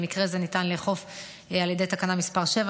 למקרה זה ניתן לאכוף על ידי תקנה מס' 7,